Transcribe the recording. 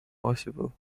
possible